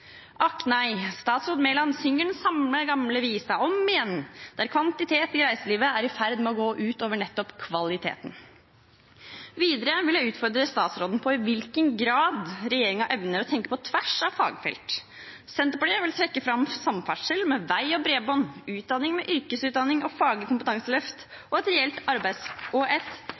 Akk nei! Statsråd Mæland synger den samme gamle visa om igjen, der kvantitet i reiselivet er i ferd med å gå ut over nettopp kvaliteten. Videre vil jeg utfordre statsråden på i hvilken grad regjeringen evner å tenke på tvers av fagfelt. Senterpartiet vil trekke fram samferdsel, med vei og bredbånd, utdanning, med yrkesutdanning og faglig kompetanseløft, og et